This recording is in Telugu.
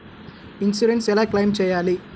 ఇన్సూరెన్స్ ఎలా క్లెయిమ్ చేయాలి?